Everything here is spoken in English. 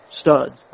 studs